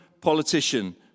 politician